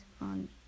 on